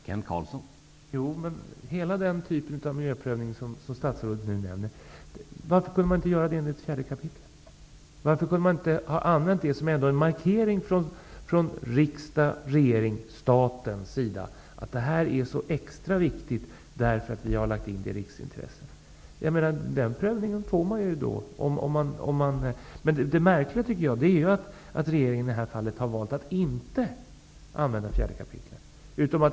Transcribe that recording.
Herr talman! Jo, men varför kan inte den typ av miljöprövning som statsrådet nu nämner göras enligt 4 kap. naturresurslagen? Varför kunde man inte från riksdagens och regeringens sida, från statens sida, markera att Vedaområdet är extra viktigt, därför att det är upptaget som ett riksintresse? Då skulle man ju få en prövning. Det märkliga här tycker jag är att regeringen har valt att inte tillämpa 4 kap.